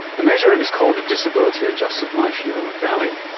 the measure is called a disability adjusted life year or daly.